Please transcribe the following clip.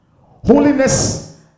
holiness